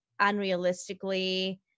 unrealistically